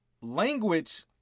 Language